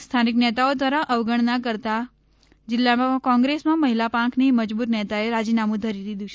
સ્થાનિક નેતાઓ દ્વારા અવગણના કરતાં જિલ્લામાં કોંગ્રેસમાં મહિલા પાંખની મજબૂત નેતાએ રાજીનામુ ધરી દીધું છે